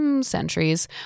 centuries